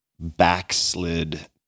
backslid